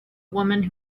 woman